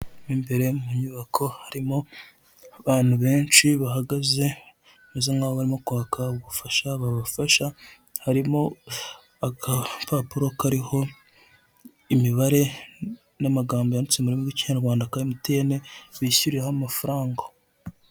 Imbere y'inyubako harimo abantu benshi bahagaze bameze nkaho barimo kwaka ubufasha babafasha, harimo agapapuro kariho imibare n'amagambo yanditse mu rurimi rw'Ikinyarwanda ka emutiyene bishyuriraho amafaranga.